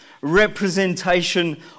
representation